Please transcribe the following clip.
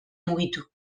mugitu